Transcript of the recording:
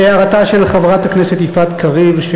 הערתה של חברת הכנסת יפעת קריב,